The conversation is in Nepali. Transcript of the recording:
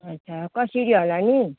अच्छा कसरी होला नि